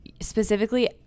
specifically